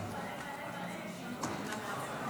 כי אני יודע שמרב הולכת לתמוך.